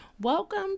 Welcome